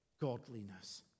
godliness